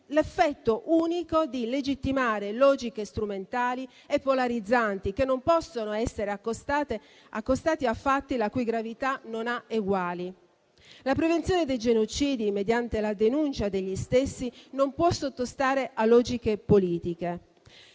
effetto di legittimare logiche strumentali e polarizzanti, che non possono essere accostate a fatti la cui gravità non ha eguali. La prevenzione dei genocidi mediante la denuncia degli stessi non può sottostare a logiche politiche